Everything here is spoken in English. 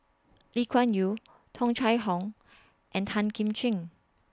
Lee Kuan Yew Tung Chye Hong and Tan Kim Ching